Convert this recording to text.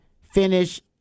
finish